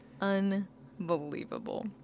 unbelievable